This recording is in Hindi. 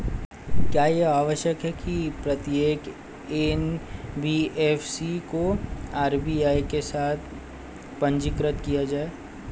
क्या यह आवश्यक है कि प्रत्येक एन.बी.एफ.सी को आर.बी.आई के साथ पंजीकृत किया जाए?